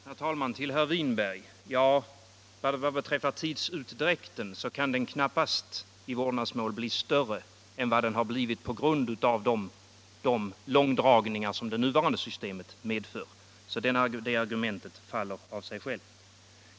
Herr talman! Till herr Winberg: Tidsutdräkten kan knappast i vårdnadsmål bli större än vad den blivit på grund av de långdragningar som det nuvarande systemet medför. Det argumentet faller av sig självt.